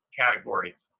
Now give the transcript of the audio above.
categories